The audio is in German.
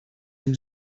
dem